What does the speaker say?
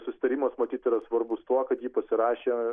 susitarimas matyt yra svarbus tuo kad jį pasirašė